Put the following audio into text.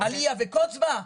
עלייה וקוץ בזה?